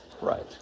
right